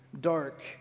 dark